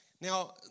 Now